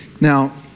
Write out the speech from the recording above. Now